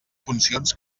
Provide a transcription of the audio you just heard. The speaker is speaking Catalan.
funcions